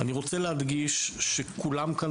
אני רוצה להדגיש שכולם כאן,